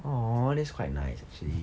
!aww! that's quite nice actually